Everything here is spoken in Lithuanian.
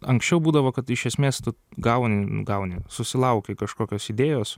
anksčiau būdavo kad iš esmės tu gauni nu gauni susilauki kažkokios idėjos